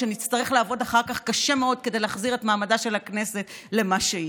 ונצטרך לעבוד אחר כך קשה מאוד כדי להחזיר את מעמדה של הכנסת למה שהוא.